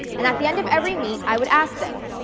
and at the end of every meet, i would ask them,